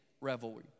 revelry